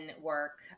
work